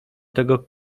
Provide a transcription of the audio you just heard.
tego